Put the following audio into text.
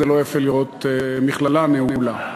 זה לא יפה לראות מכללה נעולה.